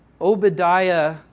Obadiah